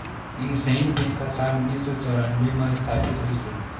IndusInd bank ह साल उन्नीस सौ चैरानबे म इस्थापित होइस हे